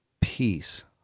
peace